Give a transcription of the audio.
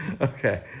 Okay